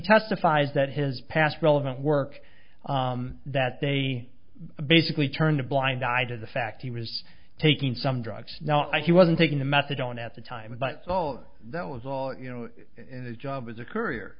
testifies that his past relevant work that they basically turned a blind eye to the fact he was taking some drugs now i he wasn't taking the methadone at the time but so that was all you know in his job as a c